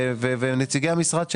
ונציגי המשרד שלי,